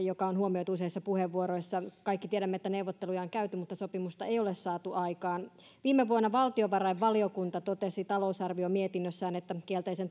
joka on jo huomioitu useissa puheenvuoroissa kaikki me tiedämme että neuvotteluja on käyty mutta sopimusta ei ole saatu aikaan viime vuonna valtiovarainvaliokunta totesi talousarviomietinnössään että kielteisen